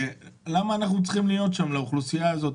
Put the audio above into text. למה אנחנו צריכים להיות שם לאוכלוסייה הזאת?